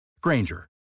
Granger